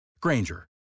Granger